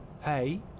Hey